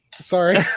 sorry